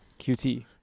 QT